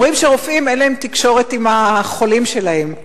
אומרים שרופאים, אין להם תקשורת עם החולים שלהם.